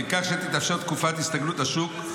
-- כך שתתאפשר תקופת הסתגלות לשוק,